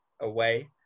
away